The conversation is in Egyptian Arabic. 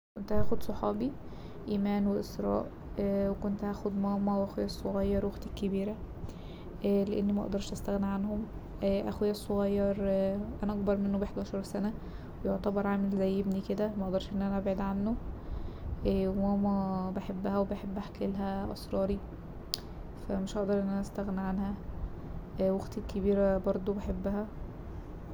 كنت هاخد صحابي إيمان و إسراء وكنت هاخد ماما واخويا الصغير واختي الكبيرة لأن مقدرش استغنى عنهم، اخويا الصغير انا اكبر منه ب حداشر سنة ويعتبر عامل زي ابني كده مقدرش ان أنا ابعد عنه وماما بحبها وبحب احكيلها اسراري فا مش هقدر ان انا استغنى عنها واختي الكبيرة برضه بحبها.